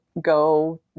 go